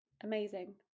Amazing